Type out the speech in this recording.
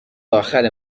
آخر